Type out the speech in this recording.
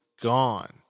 gone